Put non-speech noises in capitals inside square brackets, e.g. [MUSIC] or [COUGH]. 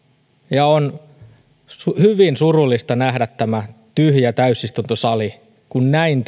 ja on hyvin surullista nähdä tämä tyhjä täysistuntosali kun näin [UNINTELLIGIBLE]